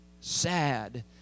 sad